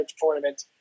tournament